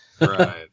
Right